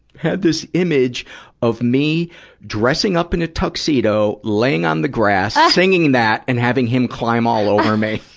had this image of me dressing up in a tuxedo, laying on the grass, singing that, and having him climb all over me.